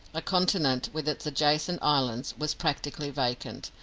a continent, with its adjacent islands, was practically vacant,